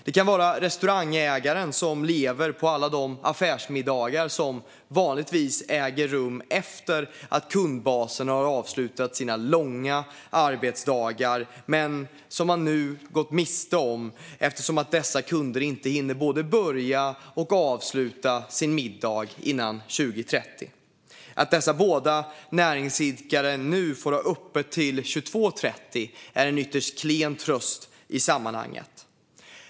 Det kan vara restaurangägaren som lever på alla de affärsmiddagar som vanligtvis äger rum efter att kundbasen har avslutat sina långa arbetsdagar men som han nu gått miste om eftersom dessa kunder inte hinner både börja och avsluta sin middag innan 20.30. Att dessa båda näringsidkare nu får ha öppet till 22.30 är en ytterst klen tröst i sammanhanget.